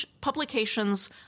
publications